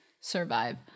survive